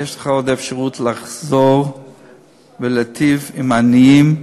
יש לך עוד אפשרות לחזור ולהיטיב עם העניים,